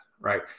right